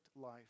life